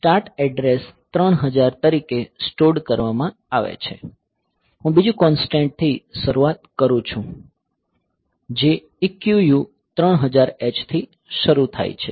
start address 3000 તરીકે stored કરવામાં આવે છે હું બીજી કોંસ્ટંટ થી શરૂઆત કરું છું જે EQU 3000 h થી શરૂ થાય છે